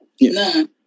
None